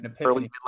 Early